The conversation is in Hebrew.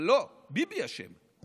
אבל לא, ביבי אשם.